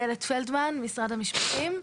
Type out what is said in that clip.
ממשרד המשפטים.